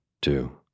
two